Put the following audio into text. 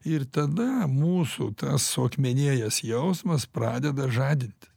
ir tada mūsų tas suakmenėjęs jausmas pradeda žadinti